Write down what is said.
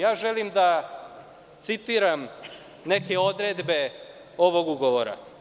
Ja želim da citiram neke odredbe ovog ugovora.